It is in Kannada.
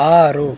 ಆರು